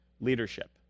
leadership